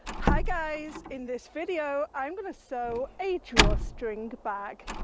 hi guys. in this video i'm going to sew a drawstring bag.